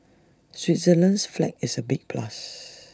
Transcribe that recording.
Switzerland's flag is A big plus